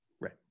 Right